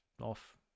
off